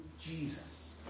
Jesus